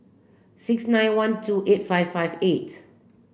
six nine one two eight five five eight